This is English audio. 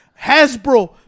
Hasbro